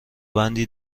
بندی